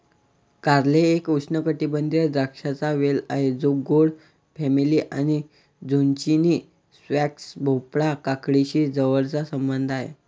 कारले एक उष्णकटिबंधीय द्राक्षांचा वेल आहे जो गोड फॅमिली आणि झुचिनी, स्क्वॅश, भोपळा, काकडीशी जवळचा संबंध आहे